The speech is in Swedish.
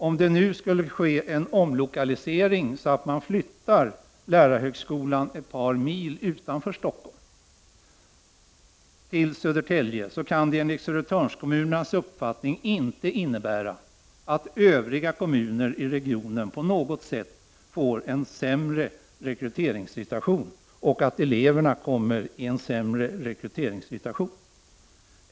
Om det nu skulle ske en omlokalisering så att man flyttar lärarhögskolan ett par mil utanför Stockholm, till Södertälje, kan det enligt Södertörnskommunernas uppfattning inte innebära att övriga kommuner i regionen på något sätt får en sämre rekryteringssituation och att eleverna kommer i en sämre situation.